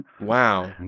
Wow